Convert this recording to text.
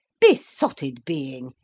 besotted being!